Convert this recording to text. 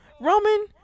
Roman